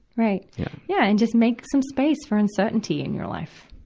right. yeah, yeah and just make some space for uncertainty in your life.